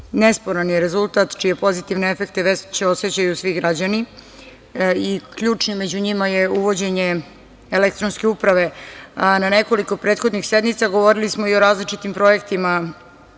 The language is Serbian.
Nesporan je rezultat čije pozitivne efekte već osećaju svi građani i ključni među njima je uvođenje Elektronske uprave, a na nekoliko prethodnih sednica govorili smo i o različitim projektima